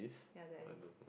ya there is